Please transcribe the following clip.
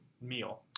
meal